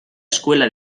escuela